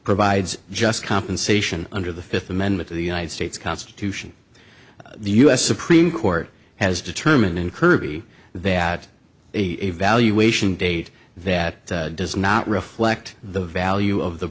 provides just compensation under the fifth amendment to the united states constitution the us supreme court has determined in kirby that the evaluation date that does not reflect the value of the